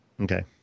Okay